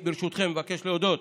ברשותכם, אני מבקש להודות